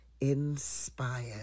inspired